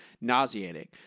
Nauseating